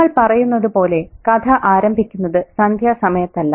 നിങ്ങൾ പറയുന്നതുപോലെ കഥ ആരംഭിക്കുന്നത് സന്ധ്യാസമയത്തല്ല